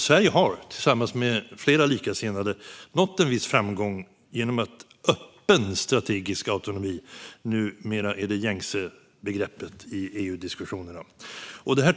Sverige har tillsammans med flera likasinnade nått en viss framgång genom att öppen strategisk autonomi numera är det gängse begreppet i EU-diskussionerna.